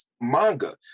manga